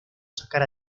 sacar